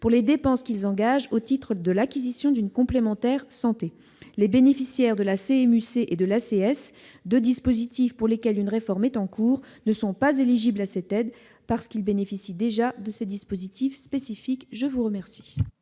pour les dépenses qu'ils engagent au titre de l'acquisition d'une complémentaire santé. Les bénéficiaires de la CMU-C et de l'ACS, deux dispositifs pour lesquels une réforme est en cours, ne sont pas éligibles à cette aide, car ils bénéficient déjà de dispositifs spécifiques. Les deux